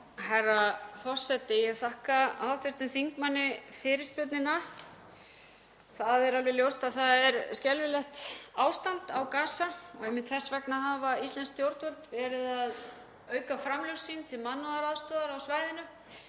Herra forseti. Ég þakka hv. þingmanni fyrirspurnina. Það er alveg ljóst að það er skelfilegt ástand á Gaza og einmitt þess vegna hafa íslensk stjórnvöld verið að auka framlög sín til mannúðaraðstoðar á svæðinu,